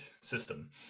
system